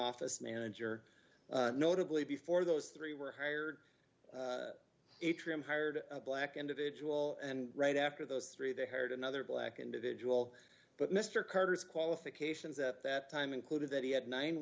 office manager notably before those three were hired a trim hired black individual and right after those three they heard another black individual but mr carter's qualifications at that time included that he had nine